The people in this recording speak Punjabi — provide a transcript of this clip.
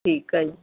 ਠੀਕ ਹੈ ਜੀ